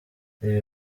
ibi